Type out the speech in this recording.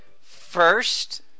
first